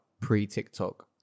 pre-tiktok